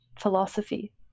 philosophy